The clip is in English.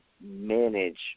manage